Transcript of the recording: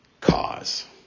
cause